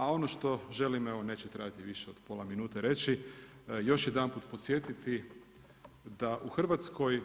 A ono što želim evo neće trajati više od pola minute, reći, još jedanput podsjetiti da u Hrvatskoj